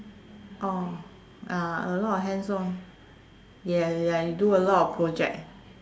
orh ya a lot of hands on ya ya you do a lot of project